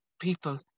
people